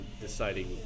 deciding